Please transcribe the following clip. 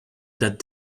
that